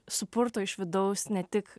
supurto iš vidaus ne tik